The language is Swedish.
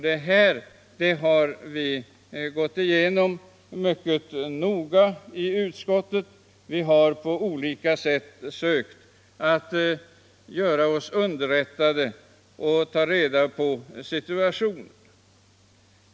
Dessa problem har vi mycket noga gått igenom i utskottet, och vi har på olika sätt försökt göra oss underrättade om situationen.